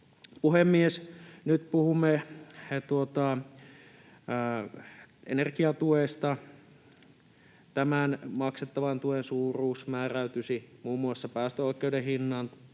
Nyt puhumme energiatuesta. Tämän maksettavan tuen suuruus määräytyisi muun muassa päästöoikeuden hinnan,